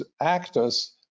actors